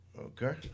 Okay